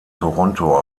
toronto